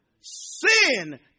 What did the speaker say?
Sin